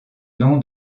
nom